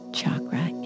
chakra